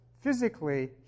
physically